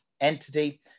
entity